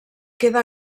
queda